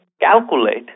calculate